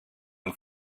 own